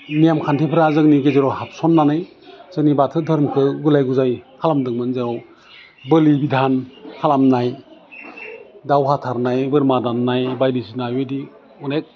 नेम खान्थिफ्रा जोंनि गेजेराव हाबसन्नानै जोंनि बाथौ दोहोरोमखौ गुलाय गुजाय खालामदोंमोन जेराव बोलि दान खालामनाय दाउ हाथारनाय बोरमा दान्नाय बायदिसिना बिबायदि अनेक